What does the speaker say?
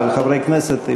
אבל חברי כנסת,